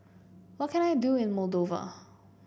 what can I do in Moldova